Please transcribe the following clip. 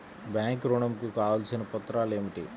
Bank ఋణం కు కావలసిన పత్రాలు ఏమిటి?